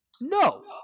No